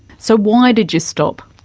so why did you stop?